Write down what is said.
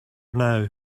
now